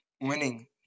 winning